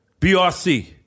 BRC